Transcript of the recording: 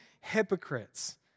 hypocrites